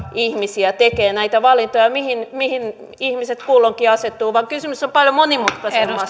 ihmisiä tekemään näitä valintoja mihin mihin ihmiset kulloinkin asettuvat vaan kysymys on paljon monimutkaisemmasta